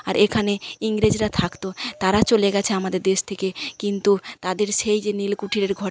আর এখানে ইংরেজরা থাকতো তারা চলে গেছে আমাদের দেশ থেকে কিন্তু তাদের সেই যে নীল কুঠিরের ঘরটি